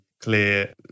clear